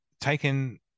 taken